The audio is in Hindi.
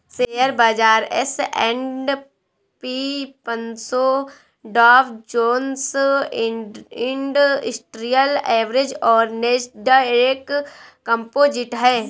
शेयर बाजार एस.एंड.पी पनसो डॉव जोन्स इंडस्ट्रियल एवरेज और नैस्डैक कंपोजिट है